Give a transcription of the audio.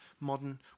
modern